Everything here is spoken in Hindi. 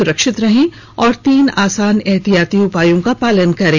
सुरक्षित रहें और तीन आसान उपायों का पालन करें